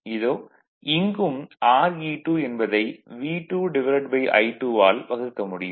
இதோ இங்கும் Re2 என்பதை V2I2 ஆல் வகுக்க முடியும்